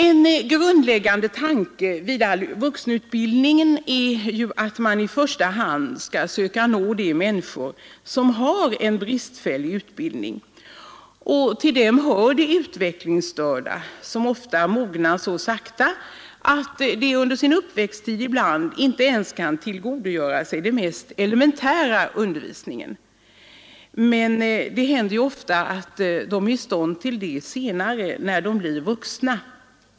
En grundläggande tanke vid all vuxenutbildning är att man i första hand skall söka nå de människor som har bristfällig utbildning. Till dem hör de utvecklingsstörda, som ofta mognar så sakta att de under sin uppväxttid ibland inte ens kan tillgodogöra sig den mest elementära undervisningen, men det händer ofta att de är i stånd till det senare, när de blir vuxna.